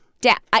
Dad